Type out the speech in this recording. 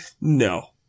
no